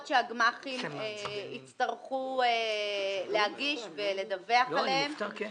שהגמ"חים יצטרכו להגיש ולדווח עליהם.